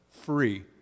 free